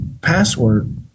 password